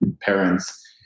parents